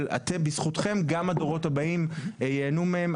אבל בזכותכם גם הדורות הבאים ייהנו מהם.